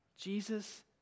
Jesus